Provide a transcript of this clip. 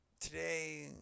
today